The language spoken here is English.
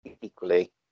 equally